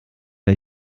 der